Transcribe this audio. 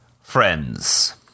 friends